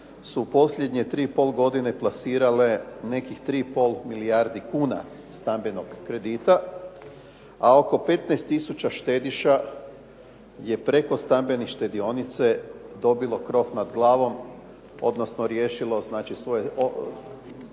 su posljednje tri i pol godine plasirale nekih 3,5 milijardi kuna stambenog kredita, a oko 15 tisuća je preko stambene štedionice dobilo krov nad glavom, odnosno riješilo svoje